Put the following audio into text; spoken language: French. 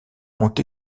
ont